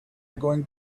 going